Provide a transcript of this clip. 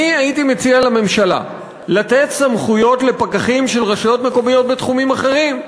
הייתי מציע לממשלה לתת סמכויות לפקחים של רשויות מקומיות בתחומים אחרים,